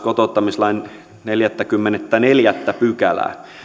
kotouttamislain neljättäkymmenettäneljättä pykälää